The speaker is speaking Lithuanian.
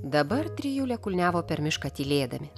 dabar trijulė kulniavo per mišką tylėdami